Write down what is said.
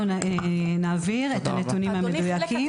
אנחנו נעביר את הנתונים המדויקים.